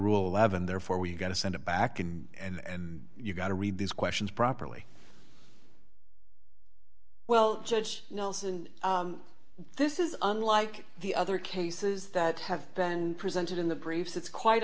rule eleven therefore we're going to send it back in and you've got to read these questions properly well judge nelson this is unlike the other cases that have been presented in the briefs it's quite